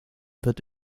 wird